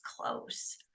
close